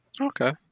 Okay